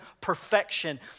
perfection